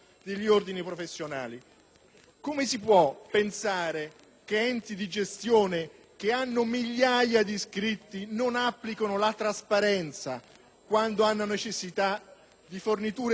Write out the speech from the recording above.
Come si può pensare che enti di gestione che hanno migliaia di iscritti non applicano la trasparenza quando hanno necessità di forniture di servizi ed appalti?